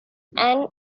and